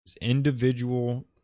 individual